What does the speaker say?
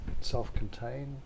self-contained